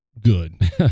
good